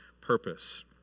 purpose